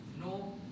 no